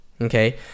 okay